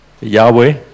Yahweh